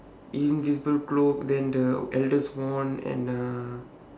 his invisible cloak then the elder wand and the